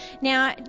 Now